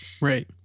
right